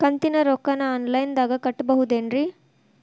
ಕಂತಿನ ರೊಕ್ಕನ ಆನ್ಲೈನ್ ದಾಗ ಕಟ್ಟಬಹುದೇನ್ರಿ?